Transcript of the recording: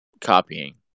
copying